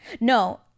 No